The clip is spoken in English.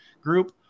group